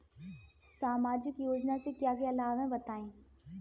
सामाजिक योजना से क्या क्या लाभ हैं बताएँ?